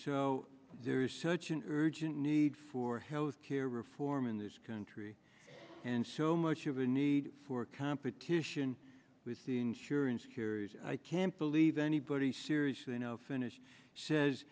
so there is such an urgent need for health care reform in this country and so much of a need for competition with the insurance carriers i can't believe anybody seriously no finish says